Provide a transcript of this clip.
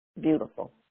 Beautiful